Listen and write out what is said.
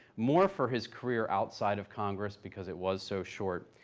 more for his career outside of congress because it was so short,